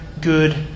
good